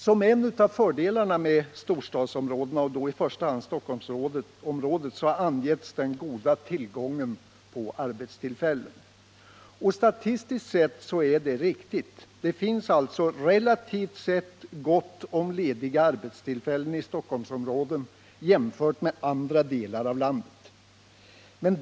Som en av fördelarna med storstadsområdena — och då i första hand Stockholmsområdet — har angivits den goda tillgången till arbetstillfällen. Statistiskt sett är det riktigt att det relativt sett finns gott om lediga arbetstillfällen i Stockholmsområdet jämfört med andra delar av landet.